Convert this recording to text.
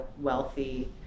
wealthy